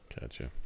Gotcha